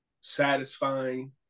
satisfying